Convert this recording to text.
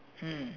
mm